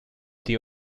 the